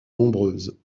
nombreuses